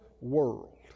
world